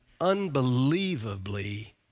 unbelievably